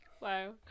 Wow